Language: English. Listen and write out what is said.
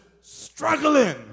struggling